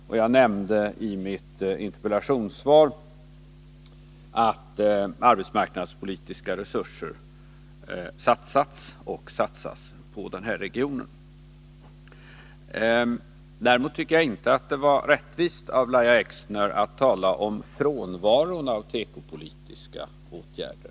Jag nämnde i mitt interpellationssvar att arbetsmarknadspolitiska resurser satsats och satsas på den här regionen. Jag tycker emellertid inte att det var rättvist av Lahja Exner att tala om frånvaron av tekopolitiska åtgärder.